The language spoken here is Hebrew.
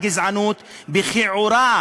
הגזענות בכיעורה.